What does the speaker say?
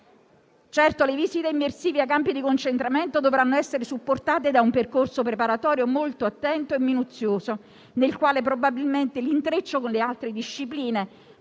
Certamente le visite immersive ai campi di concentramento dovranno essere supportate da un percorso preparatorio molto attento e minuzioso, nel quale probabilmente l'intreccio con le altre discipline